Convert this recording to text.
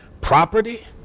property